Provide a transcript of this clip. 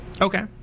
Okay